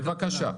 בבקשה.